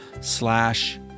slash